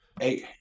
eight